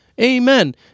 Amen